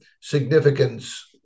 significance